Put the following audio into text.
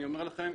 אני אומר לכם,